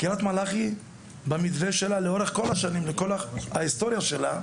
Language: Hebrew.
קריית מלאכי במתווה שלה לאורך כל השנים לכל ההיסטוריה שלה,